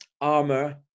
armor